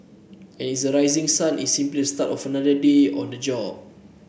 and is the rising sun is simply the start of another day on the job